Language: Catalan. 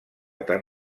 tan